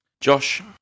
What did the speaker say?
Josh